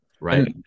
right